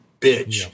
bitch